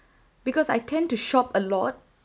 because I tend to shop a lot